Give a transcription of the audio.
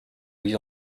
lui